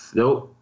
nope